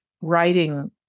writing